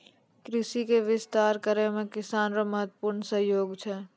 कृषि के विस्तार करै मे किसान रो महत्वपूर्ण सहयोग छै